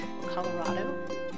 Colorado